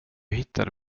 hittade